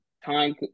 time